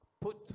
put